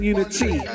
Unity